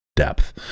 Depth